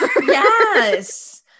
Yes